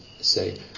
say